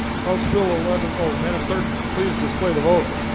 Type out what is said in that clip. house bill eleven, oh madam clerk, please display the vote